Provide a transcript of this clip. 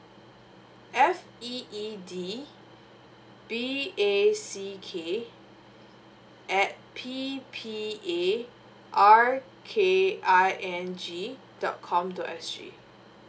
f e e d b a c k at p p a r k I n g dot com dot s g